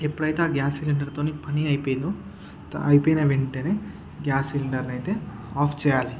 ఎప్పుడైతే ఆ గ్యాస్ సిలిండర్తోని పని అయిపోయిందో ద అయిపోయిన వెంటనే గ్యాస్ సిలిండర్నైతే ఆఫ్ చేయాలి